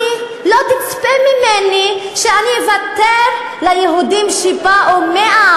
לא תצפה ממני שאני אוותר ליהודים שבאו לפני 100,